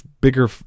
bigger